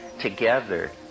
together